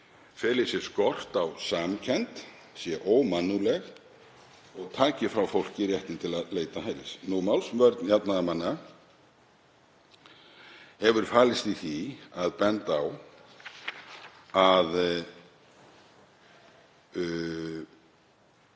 feli í sér skort á samkennd, sé ómannúðleg og taki frá fólki réttinn til að leita hælis. Málsvörn jafnaðarmanna hefur falist í því að benda á að